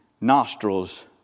nostrils